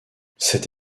cette